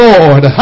Lord